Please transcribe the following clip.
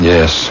Yes